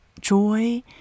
joy